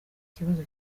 kibazo